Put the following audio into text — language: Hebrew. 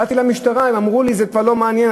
באתי למשטרה, הם אמרו לי: זה כבר לא מעניין.